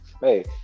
hey